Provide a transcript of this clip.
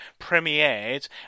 premiered